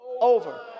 over